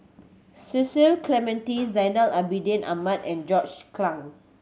Cecil Clementi Zainal Abidin Ahmad and John Clang